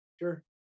sure